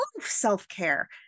self-care